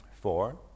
four